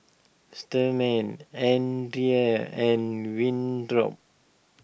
andria and Winthrop